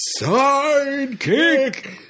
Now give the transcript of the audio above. Sidekick